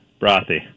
Brothy